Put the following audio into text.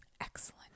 excellent